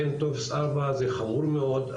אין טופס 4, זה חמור מאוד.